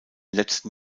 letzten